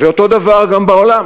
ואותו דבר גם בעולם,